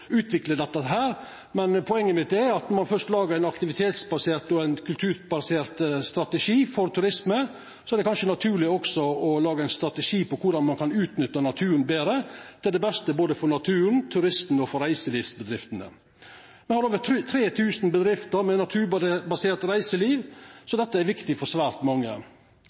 dette. Poenget mitt er at når ein først lagar ein aktivitetsbasert og ein kulturbasert strategi for turisme, er det kanskje naturleg også å laga ein strategi for korleis ein kan utnytta naturen betre til det beste for både naturen, turisten og reiselivsbedriftene. Me har over 3 000 bedrifter med naturbasert reiseliv, så dette er viktig for svært mange.